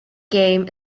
game